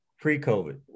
pre-COVID